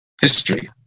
history